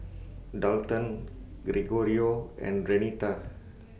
Dalton Gregorio and Renita